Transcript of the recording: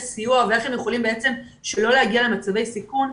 סיוע ואיך הם בעצם יכולים לא להגיע למצבי סיכון,